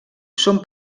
són